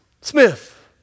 Smith